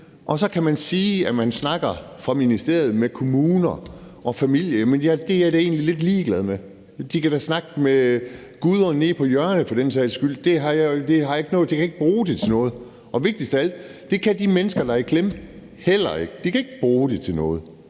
side sige, at man snakker med kommuner og familier, men det er jeg da egentlig lidt ligeglad med. De kan da snakke med Gudrun nede på hjørnet for den sags skyld; det kan jeg ikke bruge til noget. Og vigtigst af alt: Det kan de mennesker, der er i klemme, heller ikke. De kan ikke bruge det til noget,